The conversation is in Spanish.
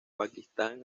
pakistán